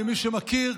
למי שמכיר,